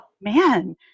man